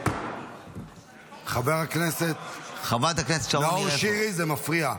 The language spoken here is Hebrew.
חבר הכנסת נאור שירי, זה מפריע.